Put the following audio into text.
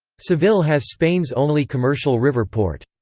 seville has spain's only commercial river port.